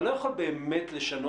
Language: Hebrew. אתה לא יכול באמת לשנות,